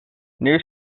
new